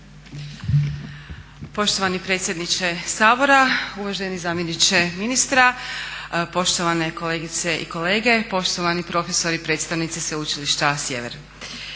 Poštovani predsjedniče Sabora, uvaženi zamjeniče ministra, poštovane kolegice i kolege, poštovani profesori predstavnici Sveučilišta Sjever.